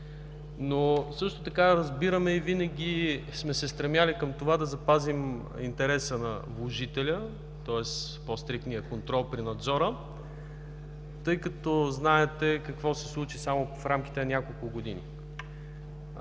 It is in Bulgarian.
Също така разбираме и винаги сме се стремили да запазим интереса на вложителя, тоест по-стриктния контрол при надзора, тъй като, знаете, какво се случи само в рамките на няколко години.